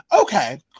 Okay